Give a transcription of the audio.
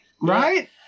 right